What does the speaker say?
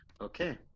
okay